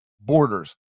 borders